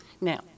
Now